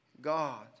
God